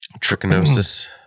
trichinosis